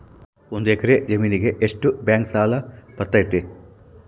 ಒಂದು ಎಕರೆ ಜಮೇನಿಗೆ ಎಷ್ಟು ಬ್ಯಾಂಕ್ ಸಾಲ ಬರ್ತೈತೆ?